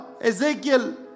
Ezekiel